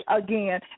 again